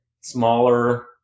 smaller